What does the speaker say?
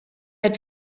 had